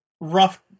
rough